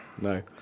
No